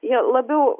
jie labiau